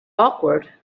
awkward